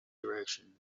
direction